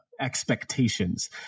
expectations